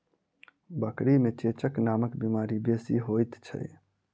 बकरी मे चेचक नामक बीमारी बेसी होइत छै